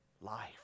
life